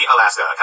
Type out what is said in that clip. Alaska